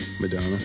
Madonna